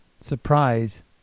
surprise